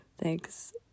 thanks